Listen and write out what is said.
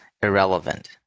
irrelevant